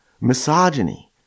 misogyny